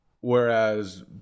whereas